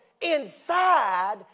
inside